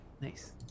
Nice